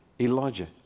Elijah